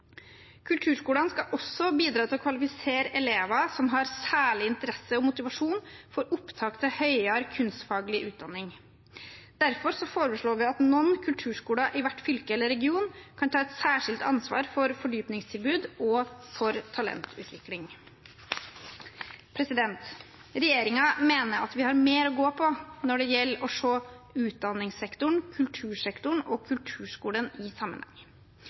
skal også bidra til å kvalifisere elever med særlig interesse og motivasjon for opptak til høyere kunstfaglig utdanning. Derfor foreslår vi at noen kulturskoler i hvert fylke eller region kan ta et særskilt ansvar for fordypningstilbud og talentutvikling. Regjeringen mener at vi har mer å gå på når det gjelder å se utdanningssektoren, kultursektoren og kulturskolen i sammenheng.